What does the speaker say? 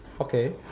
okay